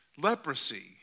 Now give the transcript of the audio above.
leprosy